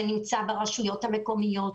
זה נמצא ברשויות המקומיות,